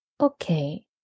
okay